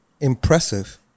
impressive